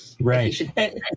Right